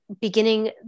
beginning